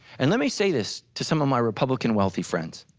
and let me say this to some of my republican wealthy friends,